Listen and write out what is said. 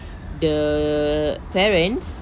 the parents